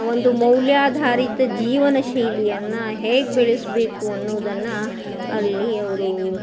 ಒಂದು ಮೌಲ್ಯಾಧಾರಿತ ಜೀವನಶೈಲಿಯನ್ನ ಹೇಗೆ ಬೆಳೆಸಬೇಕು ಅನ್ನುದನ್ನು ಅಲ್ಲಿ ಅವರು